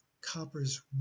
copper's